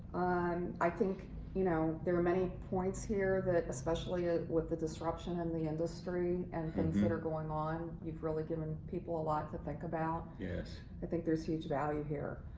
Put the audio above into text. um i think you know there are many points here that, especially ah with the disruption in the industry, and things that are going on, you've really given people a lot to think about. yes, i think there's huge value here.